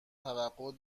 توقع